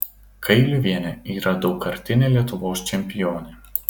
kailiuvienė yra daugkartinė lietuvos čempionė